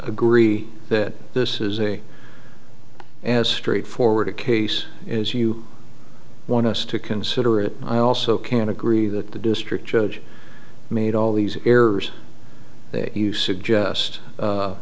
agree that this is a as straightforward a case as you want us to consider it i also can't agree that the district judge made all these errors that you suggest